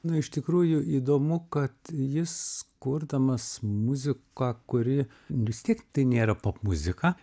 na iš tikrųjų įdomu kad jis kurdamas muziką kuri vis tiek tai nėra popmuzika